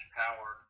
power